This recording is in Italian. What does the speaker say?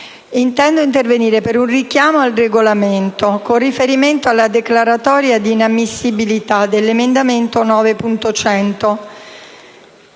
dei lavori, per un richiamo al Regolamento con riferimento alla declaratoria di inammissibilità dell'emendamento 9.100.